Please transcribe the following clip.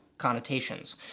connotations